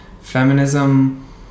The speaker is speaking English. feminism